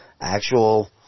actual